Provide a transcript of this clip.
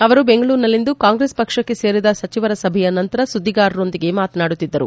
ಅವರು ಬೆಂಗಳೂರಿನಲ್ಲಿಂದು ಕಾಂಗ್ರೆಸ್ ಪಕ್ಷಕ್ಕೆ ಸೇರಿದ ಸಚಿವರ ಸಭೆಯ ನಂತರ ಸುದ್ವಿಗಾರರೊಂದಿಗೆ ಮಾತನಾಡುತ್ತಿದ್ದರು